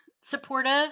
supportive